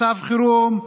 מצב חירום,